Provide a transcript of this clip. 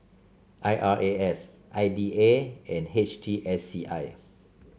I R A S I D A and H T S C I